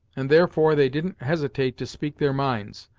and, therefore, they didn't hesitate to speak their minds,